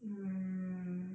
mm